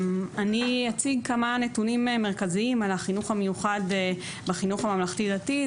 אני אציג כמה נתונים מרכזיים על החינוך המיוחד בחינוך הממלכתי דתי,